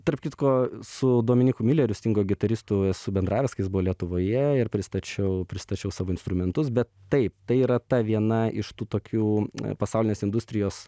tarp kitko su dominyku mileriu stingo gitaristu esu bendravęs kai jis buvo lietuvoje ir pristačiau pristačiau savo instrumentus bet taip tai yra ta viena iš tų tokių pasaulinės industrijos